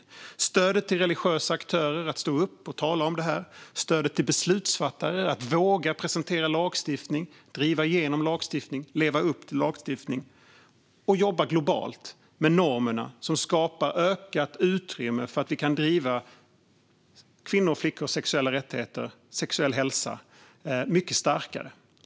Det handlar om att stötta religiösa aktörer att stå upp och tala om detta och att stötta beslutsfattare att våga presentera, driva igenom och leva upp till lagstiftning. Det handlar också om att jobba globalt med normer som skapar ökat utrymme så att vi mycket starkare kan driva på för kvinnors och flickors sexuella rättigheter och hälsa.